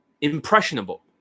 impressionable